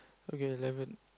okay eleven